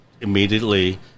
immediately